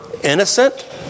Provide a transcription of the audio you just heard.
innocent